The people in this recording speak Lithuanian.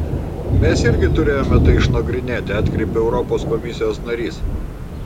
mes irgi turėjome tai išnagrinėti atkreipė europos komisijos narys